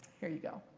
here you go.